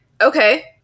okay